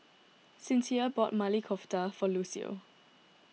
Sincere bought Maili Kofta for Lucio